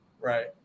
Right